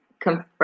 confirm